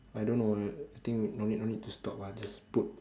I don't know uh I think no need no need to stop ah just put